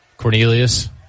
Cornelius